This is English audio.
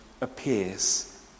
appears